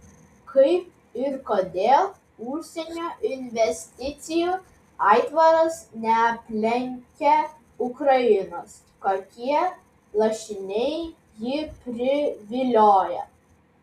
kaip ir kodėl užsienio investicijų aitvaras neaplenkia ukrainos kokie lašiniai jį privilioja